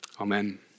amen